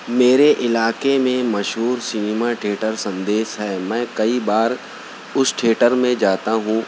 میرے علاقے میں مشہور سنیما ٹھیٹر سندیس ہے میں کئی بار اس ٹھیٹر میں جاتا ہوں